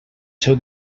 seu